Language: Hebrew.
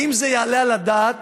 האם יעלה על הדעת